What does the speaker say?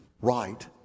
right